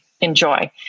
enjoy